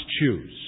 choose